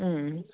ಹ್ಞೂ